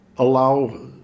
allow